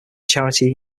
charity